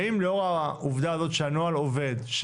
האם לאור העובדה הזאת שהנוהל עובד,